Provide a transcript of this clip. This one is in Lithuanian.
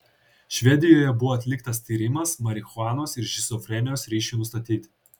švedijoje buvo atliktas tyrimas marihuanos ir šizofrenijos ryšiui nustatyti